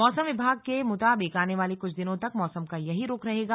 मौसम विभाग के मुताबिक आने वाले कुछ दिनों तक मौसम का यही रुख रहेगा